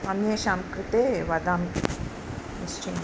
अन्येषां कृते वदामि निश्चय्